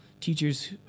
teachers